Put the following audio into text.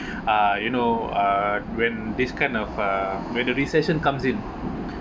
uh you know uh when this kind of uh when the recession comes in